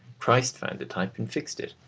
christ found the type and fixed it,